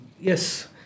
Yes